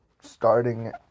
Starting